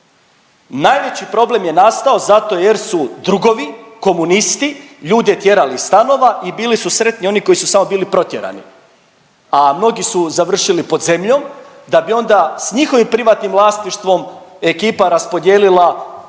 Najveći problem je nastao zato jer su drugovi komunisti ljude tjerali iz stanova i bili su sretni oni koji su samo bili protjerani, a mnogi su završili pod zemljom da bi onda s njihovim privatnim vlasništvom ekipa raspodijelila